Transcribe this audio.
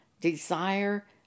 desire